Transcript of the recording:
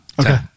Okay